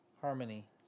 harmony